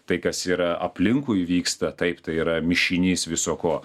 tai kas yra aplinkui vyksta taip tai yra mišinys viso ko